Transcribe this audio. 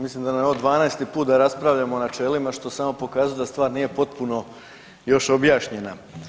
Mislim da nam je ovo 12 put da raspravljamo o načelima što samo pokazuje da stvar nije potpuno još objašnjena.